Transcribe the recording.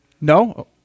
no